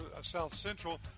south-central